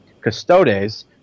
custodes